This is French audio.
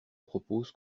propose